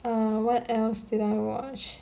err what else did I watch